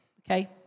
okay